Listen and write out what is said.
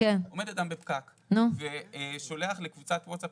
עומד אדם בפקק ושולח לקבוצת ווטסאפ,